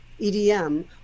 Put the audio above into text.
EDM